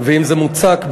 ואם זה מוצק,